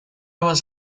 was